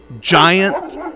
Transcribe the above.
Giant